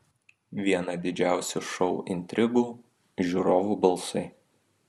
viena didžiausių šou intrigų žiūrovų balsai